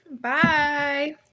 Bye